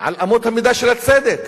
על אמות המידה של הצדק.